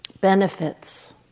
benefits